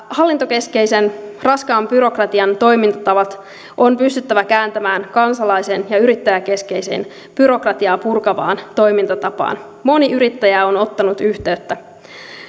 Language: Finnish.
hallintokeskeisen raskaan byrokratian toimintatavat on pystyttävä kääntämään kansalais ja yrittäjäkeskeiseen byrokratiaa purkavaan toimintatapaan moni yrittäjä on ottanut yhteyttä